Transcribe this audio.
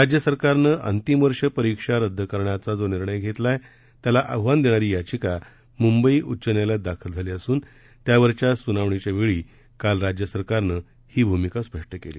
राज्य सरकारनं अंतिम वर्ष परीक्षा रद्द करण्याचा जो निर्णय घेतला आहे त्याला आव्हान देणारी याचिका मुंबई उच्च न्यायालयात दाखल झाली असून त्यावरील सुनावणीच्या वेळी काल राज्य सरकारनं ही भूमिका स्पष्ट केली